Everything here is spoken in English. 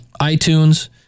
iTunes